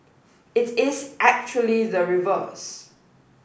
it is actually the reverse